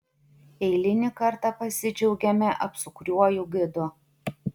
eilinį kartą pasidžiaugiame apsukriuoju gidu